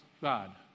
God